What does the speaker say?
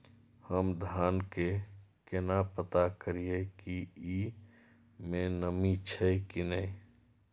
हम धान के केना पता करिए की ई में नमी छे की ने?